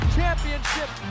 championship